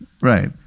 Right